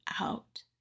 out